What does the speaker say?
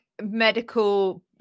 medical